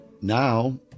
now